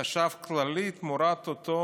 חשב כללי תמורת אותו